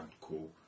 cool